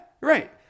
Right